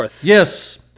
Yes